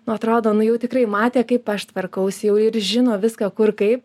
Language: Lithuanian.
nu atrodo nu jau tikrai matė kaip aš tvarkausi jau ir žino viską kur kaip